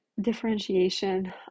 differentiation